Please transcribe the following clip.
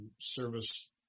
service